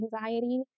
anxiety